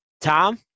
Tom